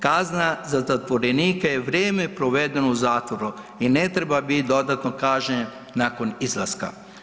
Kazna za zatvorenike je vrijeme provedeno u zatvoru i ne treba bit dodatno kažnjen nakon izlaska.